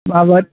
माबायदि